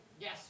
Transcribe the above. Yes